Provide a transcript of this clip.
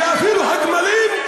שאפילו הגמלים,